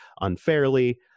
unfairly